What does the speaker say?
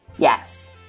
Yes